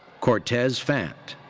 cortez fant.